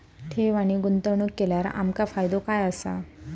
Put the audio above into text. ठेव आणि गुंतवणूक केल्यार आमका फायदो काय आसा?